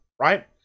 right